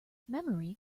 memory